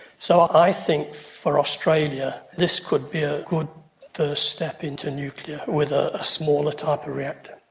so i think for australia this could be a good first step into nuclear, with a smaller type of reactor.